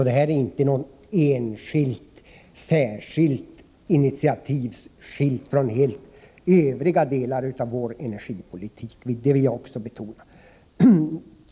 Detta är inte något enskilt speciellt initiativ skilt från övriga delar av vår energipolitik. Det vill jag också betona.